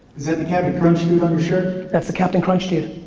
is that the cap'n crunch dude on your shirt? that's the cap'n crunch dude.